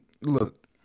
look